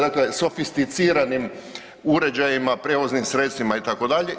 Dakle, sofisticiranim uređajima, prijevoznim sredstvima itd.